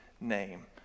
name